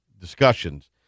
discussions